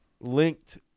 linked